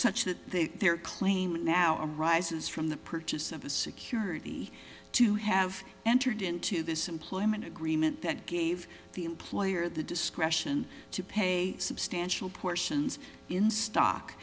such that their claim now arises from the purchase of a security to have entered into this employment agreement that gave the employer the discretion to pay substantial portions in stock